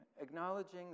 acknowledging